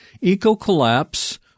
eco-collapse